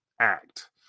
Act